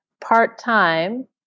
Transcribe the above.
part-time